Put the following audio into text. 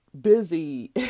busy